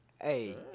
Hey